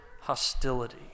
hostility